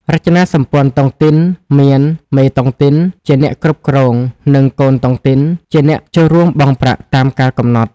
រចនាសម្ព័ន្ធតុងទីនមាន "មេតុងទីន" ជាអ្នកគ្រប់គ្រង និង "កូនតុងទីន" ជាអ្នកចូលរួមបង់ប្រាក់តាមកាលកំណត់។